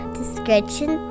description